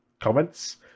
Comments